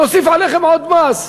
נוסיף עליכם עוד מס,